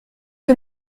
que